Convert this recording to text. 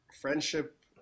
friendship